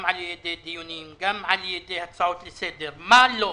בדיונים, הצעות לסדר ומה לא?